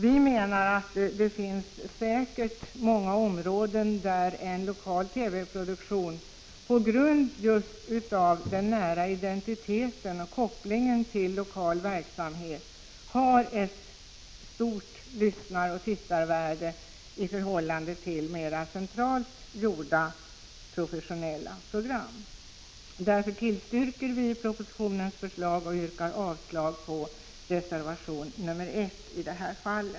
Vi menar att det säkert finns många områden där en lokal TV-produktion just på grund av den nära identiteten och kopplingen till lokal verksamhet har ett stort lyssnaroch tittarvärde i förhållande till centralt gjorda professionella program. Därför tillstyrker vi propositionens förslag och yrkar avslag på reservation nr 1.